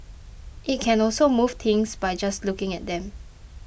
it can also move things by just looking at them